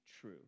true